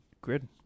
grid